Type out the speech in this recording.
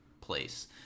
place